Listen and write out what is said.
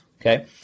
okay